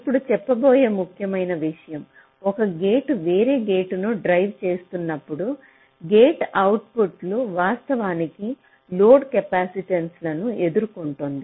ఇప్పుడు చెప్పబోయే ముఖ్యమైన విషయం ఒక గేట్ వేరే గేటును డ్రైవ్ చేస్తున్నప్పుడు గేట్ అవుట్పుట్ వాస్తవానికి లోడ్ కెపాసిటెన్స్లను ఎదుర్కొంటుంది